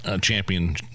champion